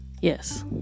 Yes